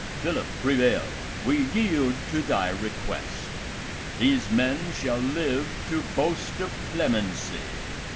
phillip, prevail we yield to thy request these men shall live to boast of clemency,